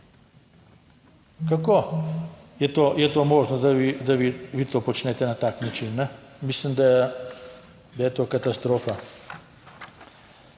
to? Je to možno, da vi to počnete na tak način? Mislim, da je to katastrofa.